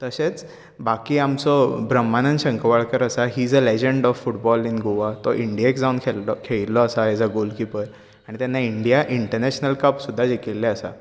तशेंच बाकी आमचो ब्रम्हानंद शंखवाळकार आसा he is the legend of football in Goa तो इंडियेक जावन खेळिल्लो आसा एज अ गोल किपर आनी तेन्ना इंडिया इंटरनॅशनल कप सुद्दां जिखील्ले आसात